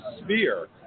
sphere